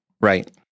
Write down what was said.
Right